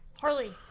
Harley